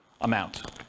amount